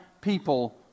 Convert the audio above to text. people